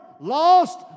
lost